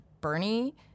Bernie